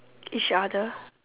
each other